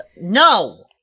No